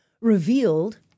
revealed